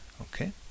okay